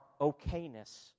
okayness